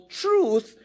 truth